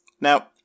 Now